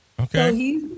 okay